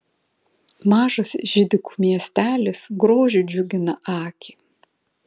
mažas židikų miestelis grožiu džiugina akį